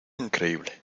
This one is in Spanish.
increíble